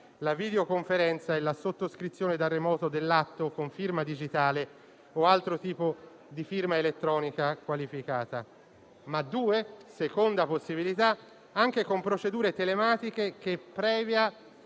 la videoconferenza e la sottoscrizione da remoto dell'atto con firma digitale o altro tipo di firma elettronica qualificata. La seconda possibilità prevede procedure telematiche che, previa